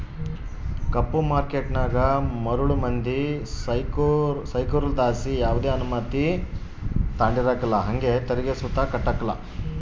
ಕಪ್ಪು ಮಾರ್ಕೇಟನಾಗ ಮರುಳು ಮಂದಿ ಸೃಕಾರುದ್ಲಾಸಿ ಯಾವ್ದೆ ಅನುಮತಿ ತಾಂಡಿರಕಲ್ಲ ಹಂಗೆ ತೆರಿಗೆ ಸುತ ಕಟ್ಟಕಲ್ಲ